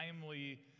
timely